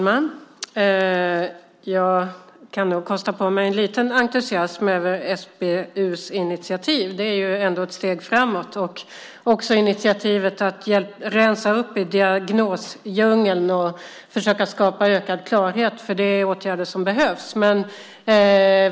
Herr talman! Jag kan kosta på mig en viss entusiasm över SBU:s initiativ - det är ändå ett steg framåt - och över initiativet att rensa upp i diagnosdjungeln och försöka skapa ökad klarhet för de åtgärder som behövs.